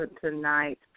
tonight